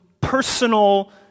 personal